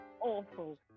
Awful